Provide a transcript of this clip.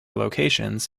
locations